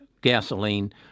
gasoline